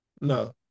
No